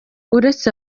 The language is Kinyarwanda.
uretse